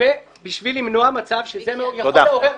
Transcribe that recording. בשביל למנוע מצב שזה יכול לעורר -- טוב.